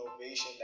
innovation